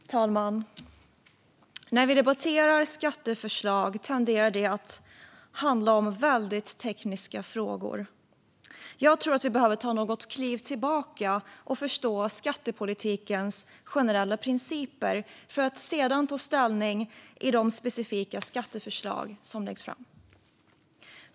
Fru talman! När vi debatterar skatteförslag tenderar det att handla om väldigt tekniska frågor. Jag tror att vi behöver ta något kliv tillbaka och förstå skattepolitikens generella principer för att sedan ta ställning i de specifika skatteförslag som läggs fram.